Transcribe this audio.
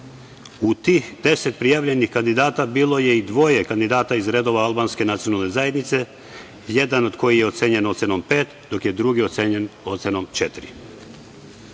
U tih deset prijavljenih kandidata bilo je i dvoje kandidata iz redova albanske nacionalne zajednice, jedan je ocenjen ocenom „pet“, dok je drugi ocenjen ocenom „četiri“.Izbor